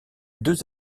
deux